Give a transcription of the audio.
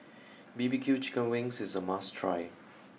B B Q chicken wings is a must try